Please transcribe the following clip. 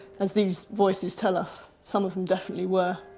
as these voices tell us, some of definitely were.